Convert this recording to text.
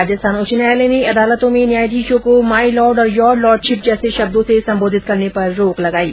राजस्थान उच्च न्यायालय ने अदालतों में न्यायाधीशों को माई लॉर्ड और योर लॉर्डशिप जैसे शब्दों से संबोधित करने पर रोक लगायी